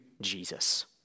Jesus